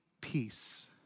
peace